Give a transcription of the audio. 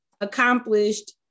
accomplished